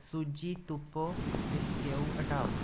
सूची तुप्पो ते स्येऊ हटाओ